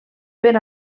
per